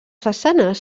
façanes